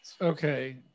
Okay